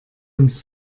uns